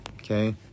Okay